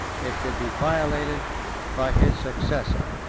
they should be violated by his successor.